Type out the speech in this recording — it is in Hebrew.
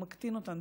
הוא מקטין אותן,